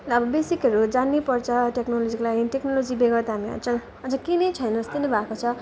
अब बेसिकहरू जान्नै पर्छ टेक्नोलोजीको लागि टेक्नोलोजी बेगर त हामी अझ अझ केही नै छैन जस्तै नै भएको छ